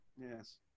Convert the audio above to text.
Yes